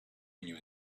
knew